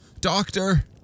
doctor